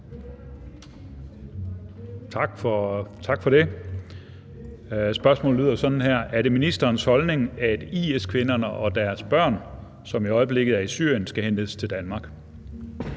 Tak for det. Spørgsmålet lyder sådan her: Er det ministerens holdning, at IS-kvinderne og deres børn, som i øjeblikket er i Syrien, skal hentes til Danmark?